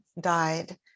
died